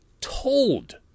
told